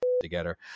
together